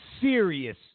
serious